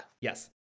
Yes